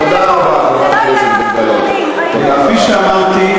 כפי שאמרתי,